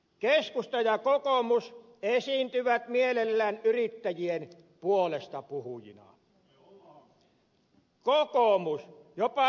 keskusta ja kokoomus esiintyvät mielellään yrittäjien puolestapuhujina kokoomus jopa duunaripuolueena